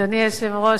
אדוני היושב-ראש,